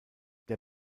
der